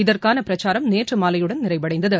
இதற்கான பிரச்சாரம் நேற்று மாலையுடன் நிறைவடைந்தது